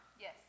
Yes